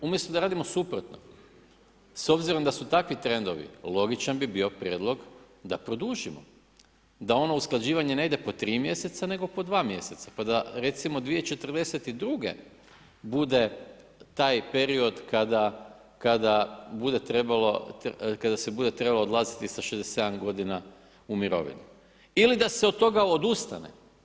Umjesto da radimo suprotno, s obzirom da su takvi trendovi, logičan bi bio prijedlog da produžimo da ono usklađivanje ne ide po 3 mjeseca nego po 2 mjeseca, pa da redimo 2042. bude taj period kada bude trebalo, kada se bude trebalo odlaziti sa 67 godina u mirovinu ili da se od toga odustane.